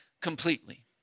completely